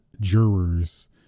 jurors